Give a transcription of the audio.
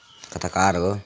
कथाकार हो